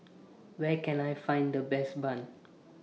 Where Can I Find The Best Bun